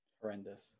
Horrendous